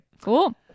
Cool